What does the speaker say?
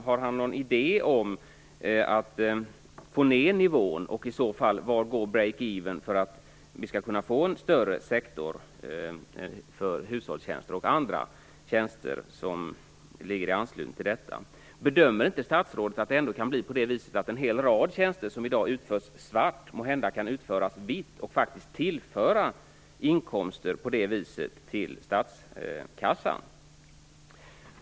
Har han någon idé om att få ned nivån, och var går i så fall breakeven för att vi skall kunna få en större sektor för hushållstjänster och andra tjänster i anslutning till detta? Bedömer inte statsrådet att en hel rad tjänster som i dag utförs svart måhända kan utföras vitt och faktiskt på det viset tillföra inkomster till statskassan?